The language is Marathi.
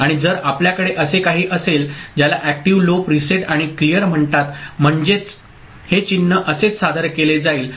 आणि जर आपल्याकडे असे काही असेल ज्याला एक्टिव लो प्रीसेट आणि क्लीयर म्हणतात म्हणजेच हे चिन्ह असेच सादर केले जाईल